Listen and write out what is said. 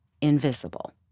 invisible